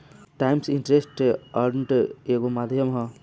times interest earned एगो माध्यम ह